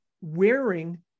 wearing